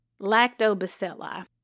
Lactobacilli